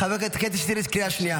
חברת הכנסת קטי שטרית, קריאה שנייה.